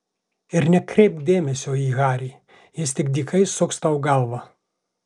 ir nekreipk dėmesio į harį jis tik dykai suks tau galvą